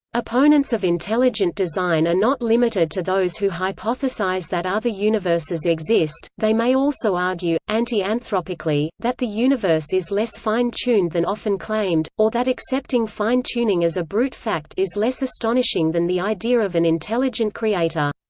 opponents of intelligent design are not limited to those who hypothesize that other universes exist they may also argue, anti-anthropically, that the universe is less fine-tuned than often claimed, or that accepting fine tuning as a brute fact is less astonishing than the idea of an intelligent creator.